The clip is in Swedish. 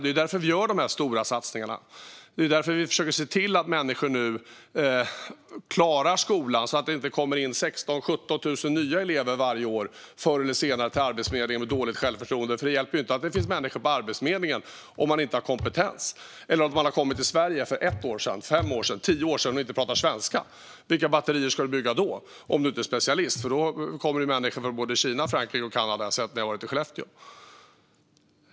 Det är ju därför vi gör dessa stora satsningar. Det är därför vi försöker att se till att människor klarar skolan, så att det inte varje år kommer 16 000-17 000 nya elever till Arbetsförmedlingen med dåligt självförtroende. Det hjälper ju inte att det finns människor på Arbetsförmedlingen om de inte har kompetens eller om de kom till Sverige för ett, fem eller tio år sedan och inte pratar svenska. Vilka batterier ska man bygga då, om man inte är specialist? När jag har varit i Skellefteå har jag sett att det kommer människor från både Kina, Frankrike och Kanada.